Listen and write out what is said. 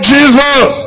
Jesus